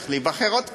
צריך להיבחר עוד פעם,